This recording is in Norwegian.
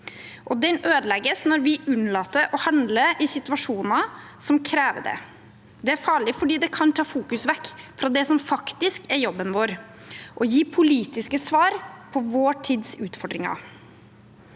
den ødelegges når vi unnlater å handle i situasjoner som krever det. Det er farlig fordi det kan ta fokus vekk fra det som faktisk er jobben vår: å gi politiske svar på vår tids utfordringer.